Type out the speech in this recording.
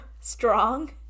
strong